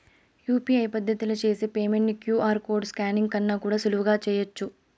UPI పద్దతిల చేసి payment ని క్యూ.ఆర్ కోడ్ స్కానింగ్ కన్నా కూడా సులువుగా చేయచ్చు